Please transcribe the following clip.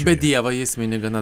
bet dievą jis mini gana